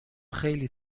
خیلی